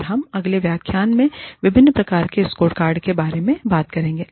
और हम अगले व्याख्यान में विभिन्न प्रकार के स्कोरकार्ड के बारे में बात करेंगे